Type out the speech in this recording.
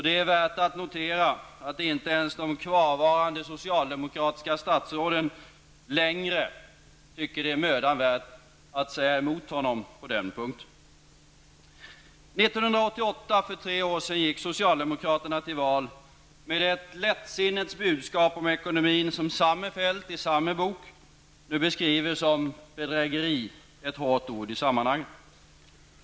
Det är värt att notera att inte ens de kvarvarande socialdemokratiska statsråden längre tycker att det är mödan värt att säga emot honom på denna punkt. För tre år sedan, 1988, gick socialdemokraterna till val med ett lättsinnets budskap om ekonomin, som samme Feldt i samma bok nu beskriver som ett ''bedrägeri'' -- ett hårt ord i sammanhanget.